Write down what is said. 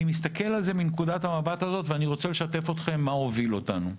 אני מסתכל על זה מנקודת המבט הזו ואני רוצה לשתף אותכם מה הוביל אותנו.